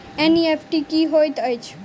NEFT की होइत अछि?